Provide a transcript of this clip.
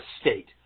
state